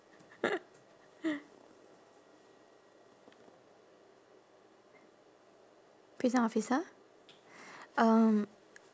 prison officer um